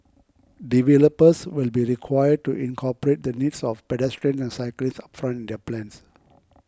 developers will be required to incorporate the needs of pedestrians and cyclists upfront their plans